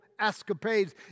escapades